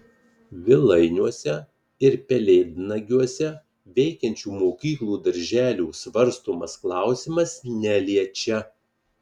vilainiuose ir pelėdnagiuose veikiančių mokyklų darželių svarstomas klausimas neliečia